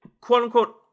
quote-unquote